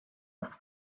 des